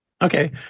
Okay